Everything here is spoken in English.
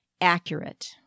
accurate